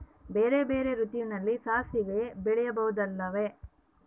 ಬೇರೆ ಬೇರೆ ಋತುವಿನಲ್ಲಿ ಸಾಸಿವೆ ಬೆಳೆಯುವುದಿಲ್ಲವಾ?